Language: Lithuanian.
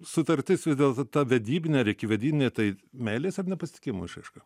sutartis vis dėlto ta vedybinė ar ikivedynė tai meilės ar nepasitikėjimo išraiška